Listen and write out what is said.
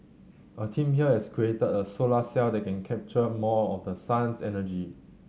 a team here has created a solar cell that can capture more of the sun's energy